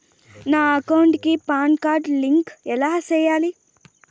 నా అకౌంట్ కి PAN card link ఎలా సేయాలి